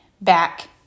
back